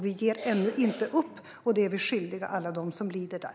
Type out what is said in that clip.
Vi ger ännu inte upp - det är vi skyldiga alla dem som lider där.